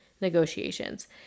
negotiations